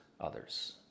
others